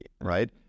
right